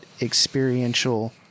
experiential